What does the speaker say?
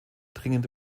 dringend